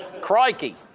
Crikey